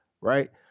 right